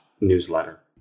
newsletter